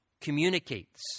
communicates